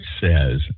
says